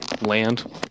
land